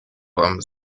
вам